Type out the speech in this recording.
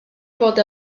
fod